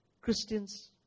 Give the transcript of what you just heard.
Christians